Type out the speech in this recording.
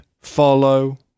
follow